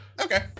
okay